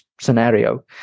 scenario